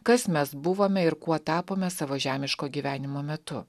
kas mes buvome ir kuo tapome savo žemiško gyvenimo metu